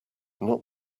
not